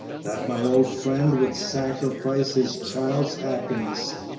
that my old friend would sacrifice his child's happiness,